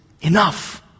enough